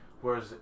Whereas